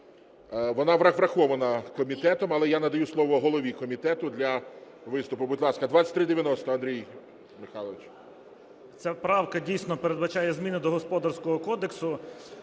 Вона врахована комітетом, але я надаю слово голові комітету для виступу. Будь ласка, 2390, Андрій Михайлович. 10:53:18 ГЕРУС А.М. Ця правка дійсно передбачає зміни до Господарського кодексу,